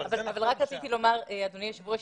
אני חושב, ערבים ישראליים,